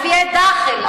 ערביי דאח'ל,